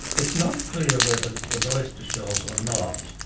it's not clear whether it was oyster shells or not.